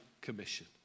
Commission